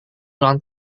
ulang